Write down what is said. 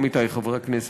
עמיתי חברי הכנסת,